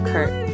Kurt